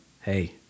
hey